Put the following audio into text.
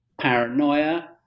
paranoia